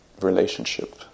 relationship